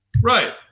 Right